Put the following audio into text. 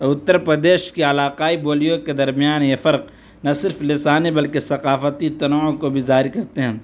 اور اتّر پردیش کی علاقائی بولیوں کے درمیان یہ فرق نہ صرف لسانی بلکہ ثقافتی تنوع کو بھی ظاہر کرتے ہیں